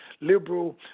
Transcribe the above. liberal